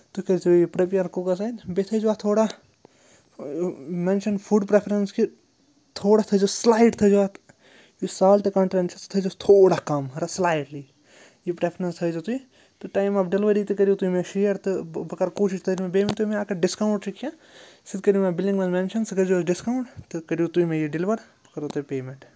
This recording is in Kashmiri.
سُہ کٔرزیو یہِ پرٛیپِیَر کُکس اَتھۍ بیٚیہِ تھٲیزیو اَتھ تھوڑا مٮ۪نشَن فُڈ پرٛٮ۪فرَنٕس کہِ تھوڑا تھٲیزیو سٕلایٹ تھٲیزیو اَتھ یُس سالٹہٕ کَنٹٮ۪نٛٹ چھُ سُہ تھٲے زہوس تھوڑا کَم را سٕلایٹلی یہِ پرٛٮ۪فرنٕس تھٲیزیو تُہۍ تہٕ ٹایِم آف ڈِلؤری تہِ کٔرِو تُہۍ مےٚ شیر تہٕ بہٕ بہٕ کَرِ کوٗشِش تۄہہِ بیٚیہِ ؤنتَو مےٚ اگر ڈِسکاوُنٛٹ چھُِ کیٚنٛہہ سُہ تہِ کٔرِو مےٚ بِلِنٛگ منٛز مٮ۪نشَن سُہ کٔرزیو اَسہِ ڈِسکاوُنٛٹ تہٕ کٔرِو تُہۍ مےٚ یہِ ڈیٚلِوَر بہٕ کَرہو تۄہہِ پیٚمٮ۪نٛٹ